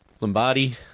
Lombardi